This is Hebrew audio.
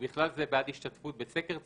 ובכלל זה בעד השתתפות בסקר צרכנים,